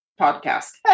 podcast